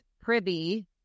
privy